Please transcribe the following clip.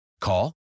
Call